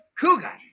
Cougar